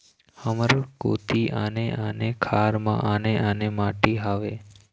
हमर कोती आने आने खार म आने आने माटी हावे?